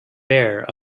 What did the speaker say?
bare